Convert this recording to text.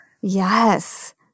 Yes